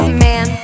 man